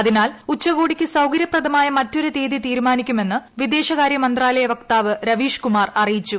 അതിനാൽ ഉച്ചകോടിക്ക് സൌകര്യപ്രധമായ മറ്റൊരു തീയതി തീരുമാനിക്കുമെന്ന് വിദേശകാര്യ മന്ത്രാലയ വക്താവ് രവീഷ് കുമാർ അറിയിച്ചു